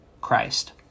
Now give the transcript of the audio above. Christ